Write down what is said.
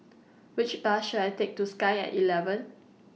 Which Bus should I Take to Sky At eleven